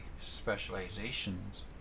specializations